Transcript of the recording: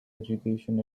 education